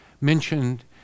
mentioned